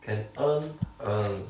can earn earn